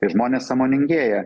tie žmonės sąmoningėja